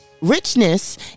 richness